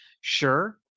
Sure